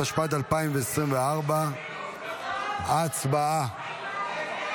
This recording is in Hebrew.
התשפ"ד 2024. הצבעה.